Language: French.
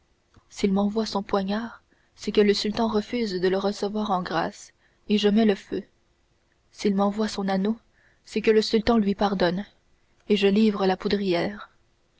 s'il m'envoie son poignard c'est que le sultan refuse de le recevoir en grâce et je mets le feu s'il m'envoie son anneau c'est que le sultan lui pardonne et je livre la poudrière